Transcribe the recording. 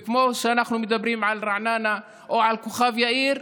וכמו שאנחנו מדברים על רעננה או על כוכב יאיר,